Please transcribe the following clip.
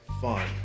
fun